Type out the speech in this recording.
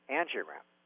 angiogram